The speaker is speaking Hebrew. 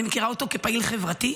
אני מכירה אותו כפעיל חברתי,